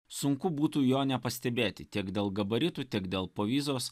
sunku būtų jo nepastebėti tiek dėl gabaritų tiek dėl povyzos